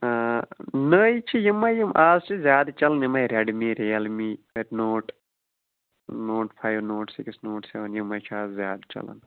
نٔے چھِ یِمٕے یِم اَز چھِ زیادٕ چَلان یِمٕے یِم Redmi Realme note note five note six note seven یِمٕے چھِ اَز زیادٕ چَلان